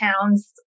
pounds